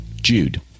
Jude